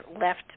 left